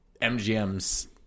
mgm's